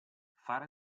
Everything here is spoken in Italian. fare